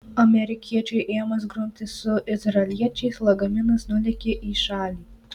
amerikiečiui ėmus grumtis su izraeliečiais lagaminas nulėkė į šalį